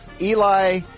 Eli